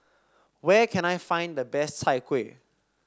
where can I find the best Chai Kuih